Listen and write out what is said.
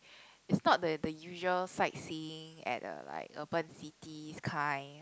is not the the usual sightseeing at a like urban city kind